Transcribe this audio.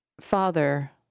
father